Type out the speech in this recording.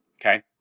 Okay